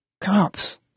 cops